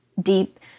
deep